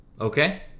Okay